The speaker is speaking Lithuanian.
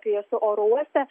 kai esu oro uoste